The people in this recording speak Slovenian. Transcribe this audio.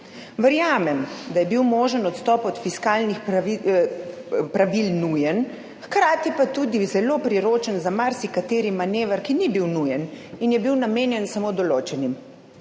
Verjamem, da je bil možen odstop od fiskalnih pravil nujen, hkrati pa tudi zelo priročen za marsikateri manever, ki ni bil nujen in je bil namenjen samo določenim.